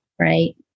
Right